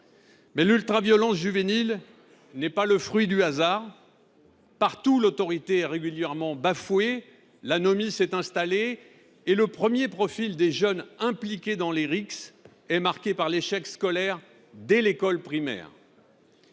l’ultraviolence juvénile n’est pas le fruit du hasard. Partout, l’autorité est régulièrement bafouée. L’anomie s’est installée et le profil des jeunes impliqués dans les rixes est principalement marqué par l’échec scolaire dès l’école primaire.